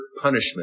punishment